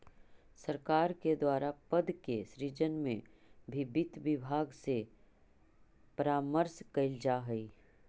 सरकार के द्वारा पद के सृजन में भी वित्त विभाग से परामर्श कैल जा हइ